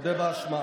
מודה באשמה.